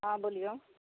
हँ बोलिऔ